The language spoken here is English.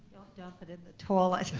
dump it in the toilet.